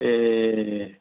ए